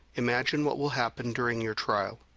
imagine what will happen during your trial.